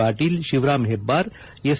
Patil Shivaram Hebbar S